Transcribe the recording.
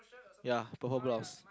ya purple blouse